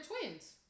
twins